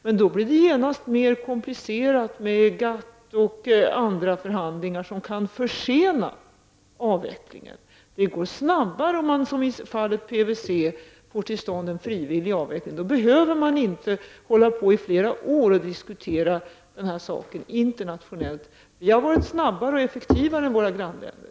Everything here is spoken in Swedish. Men det blir då genast mer komplicerat med GATT förhandlingar och andra förhandlingar som kan försena avvecklingen. Det går snabbare om man får till stånd en frivillig avveckling, som i fallet med PVC. Då behöver man inte hålla på och diskutera frågan i flera år internationellt. Vi har i Sverige varit snabbare och effektivare än i våra grannländer.